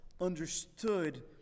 understood